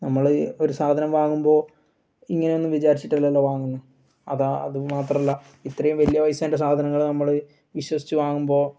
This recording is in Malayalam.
നമ്മൾ ഒരു സാധനം വാങ്ങുമ്പോൾ ഇങ്ങനൊന്നും വിചാരിച്ചിട്ടല്ലല്ലോ വാങ്ങുന്നത് അതാ അത് മാത്രമല്ല ഇത്രേം വലിയ പൈസേൻ്റെ സാധനങ്ങൾ നമ്മൾ വിശ്വസിച്ച് വാങ്ങുമ്പോൾ